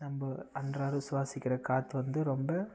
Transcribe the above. நம்ம அன்றாடம் சுவாசிக்கின்ற காற்று வந்து ரொம்ப